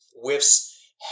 whiffs